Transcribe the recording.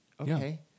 Okay